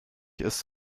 ist